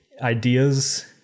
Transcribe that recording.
ideas